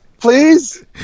Please